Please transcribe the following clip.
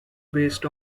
based